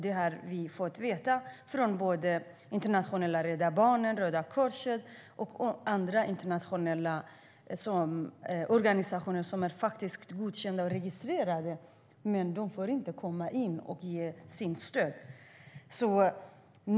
Det har vi fått veta från såväl internationella Rädda Barnen, Röda Korset och andra internationella organisationer som faktiskt är godkända och registrerade. Men de får inte komma in och ge sitt stöd.